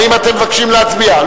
האם אתם מבקשים להצביע?